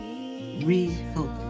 refocus